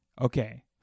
Okay